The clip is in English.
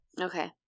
Okay